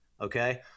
Okay